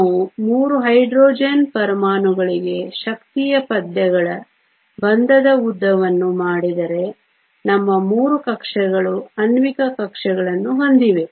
ನಾವು 3 ಹೈಡ್ರೋಜನ್ ಪರಮಾಣುಗಳಿಗೆ ಶಕ್ತಿಯ ಪದ್ಯಗಳ ಬಂಧದ ಉದ್ದವನ್ನು ಮಾಡಿದರೆ ನಮ್ಮ 3 ಕಕ್ಷೆಗಳು ಆಣ್ವಿಕ ಕಕ್ಷೆಗಳನ್ನು ಹೊಂದಿವೆ